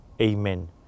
Amen